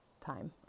time